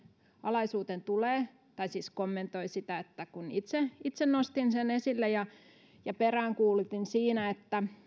alaisuuteen tulee tai hän siis kommentoi sitä kun itse itse nostin sen esille peräänkuulutin siinä että